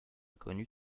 connu